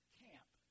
camp